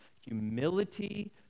humility